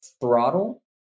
throttle